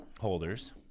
holders